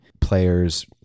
players